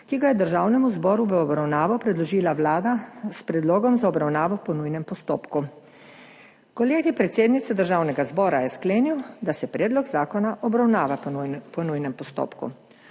ki ga je Državnemu zboru v obravnavo predložila Vlada s predlogom za obravnavo po nujnem postopku. Kolegij predsednice Državnega zbora je sklenil, da se predlog zakona obravnava po nujnem postopku.